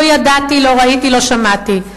לא ידעתי, לא ראיתי, לא שמעתי.